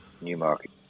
Newmarket